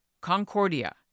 Concordia